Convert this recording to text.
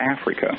Africa